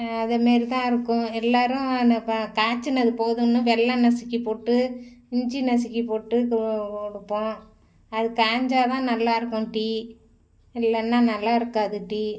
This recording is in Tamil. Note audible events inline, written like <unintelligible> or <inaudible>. அதே மாரி தான் இருக்கும் எல்லோரும் <unintelligible> காய்ச்சினது போதும்னு வெல்லம் நசுக்கி போட்டு இஞ்சி நசுக்கி போட்டு கு குடுப்போம் அது காஞ்சால்தான் நல்லா இருக்கும் டீ இல்லைன்னா நல்லா இருக்காது டீ